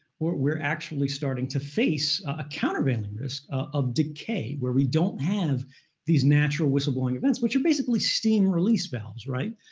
or we're actually starting to face a countervailing risk of decay, where we don't have these natural whistleblowing events, which are basically steam release valves, right?